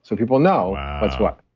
so people know what's what,